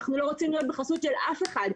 אנחנו לא רוצים להיות בחסות של אף אחד.